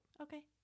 okay